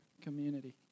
community